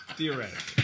Theoretic